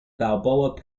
balboa